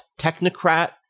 technocrat